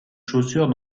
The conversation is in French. chaussures